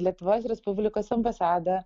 lietuvos respublikos ambasadą